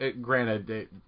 granted